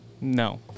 No